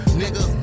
nigga